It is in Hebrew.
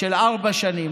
של ארבע שנים.